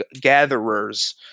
gatherers